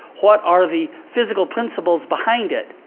what are the physical principles behind it.